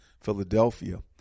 Philadelphia